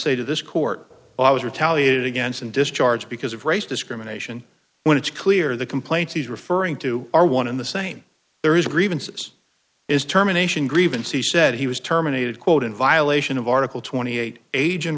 say to this court i was retaliated against and discharged because of race discrimination when it's clear the complaints he's referring to are one and the same there is grievances is terminations grievance he said he was terminated quote in violation of article twenty eight a